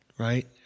Right